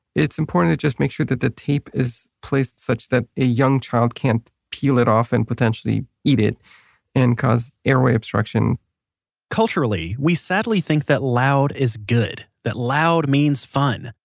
it's important to just make sure that the tape is placed such that a young child can't peel it off and potentially eat it and cause airway obstruction culturally, we sadly think that loud is good. that loud means fun!